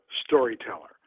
storyteller